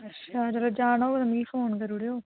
अच्छा जेल्लै जाना होग मिगी फोन करी ओड़ेओ